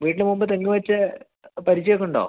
വീട്ടില് മുമ്പ് തെങ്ങ് വച്ച പരിചയമൊക്ക ഉണ്ടോ